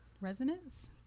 Resonance